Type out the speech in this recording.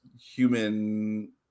human